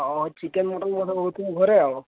ହଁ ହଁ chicken mutton ବୋଧେ ହେଉଥିବ ଘରେ